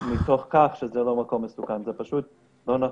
מתוך כך זה לא מקום מסוכן - זה פשוט לא נכון.